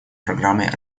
программой